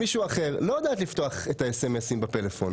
לא יודעת איך לפתוח את ה-SMS בפלאפון.